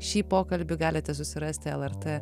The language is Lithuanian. šį pokalbį galite susirasti lrt